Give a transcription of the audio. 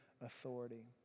authority